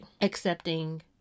Accepting